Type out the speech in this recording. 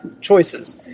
choices